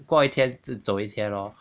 过一天就走一天咯